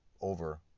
over